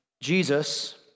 Jesus